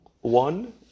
One